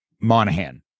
Monahan